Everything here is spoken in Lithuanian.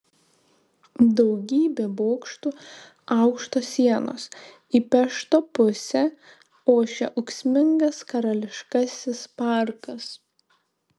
daugybė bokštų aukštos sienos į pešto pusę ošia ūksmingas karališkasis parkas